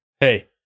hey